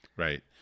Right